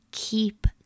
keep